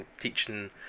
teaching